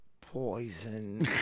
poison